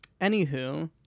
Anywho